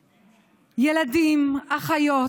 ילדים, אחיות,